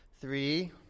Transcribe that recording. Three